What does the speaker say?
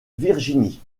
virginie